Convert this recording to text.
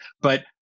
but-